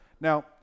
Now